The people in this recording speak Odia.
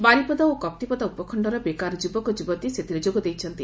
ବାରିପଦା ଓ କପ୍ତିପଦା ଉପଖଶ୍ତର ବେକାର ଯ୍ରବକ ଯ୍ରବତୀ ସେଥିରେ ଯୋଗ ଦେଇଛନ୍ତି